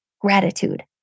gratitude